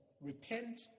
repent